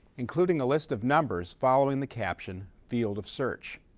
including a list of numbers following the caption field of search.